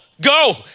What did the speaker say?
go